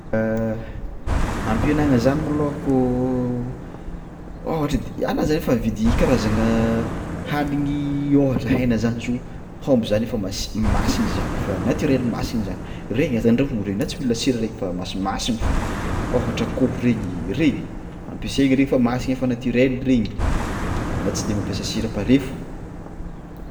Ampihenagna zany malôha kôa ôhatra d- anà zany fa nividy karazagna hanigny ôhatra hena zany zao hômby zany efa masi- masigny zany efa naturel masigny zany, regny azo andrahoigna regny na tsy mila sira regny fa masimasigny foagna, ôhatra akoho regny regny ampiasaigny regny fa masigna efa naturel regny na tsy de mampiasa sira pare foagna.